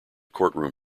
courtroom